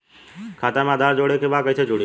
खाता में आधार जोड़े के बा कैसे जुड़ी?